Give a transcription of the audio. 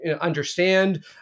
understand